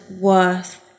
worth